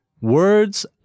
Words